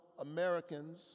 Americans